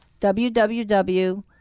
www